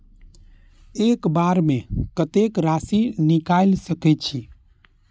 एक बार में कतेक राशि निकाल सकेछी?